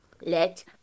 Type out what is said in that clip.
let